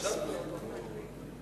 תדון ותחליט.